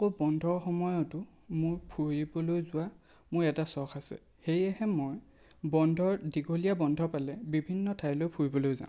আকৌ বন্ধৰ সময়তো মোৰ ফুৰিবলৈ যোৱা মোৰ এটা চখ আছে সেয়েহে মই বন্ধৰ দীঘলীয়া বন্ধ পালে বিভিন্ন ঠাইলৈ ফুৰিবলৈ যাওঁ